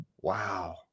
Wow